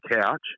couch